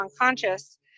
unconscious